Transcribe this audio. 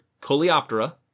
Coleoptera